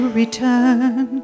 return